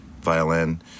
violin